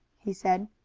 he said.